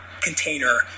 container